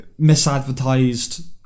misadvertised